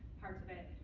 parts of it.